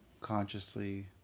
consciously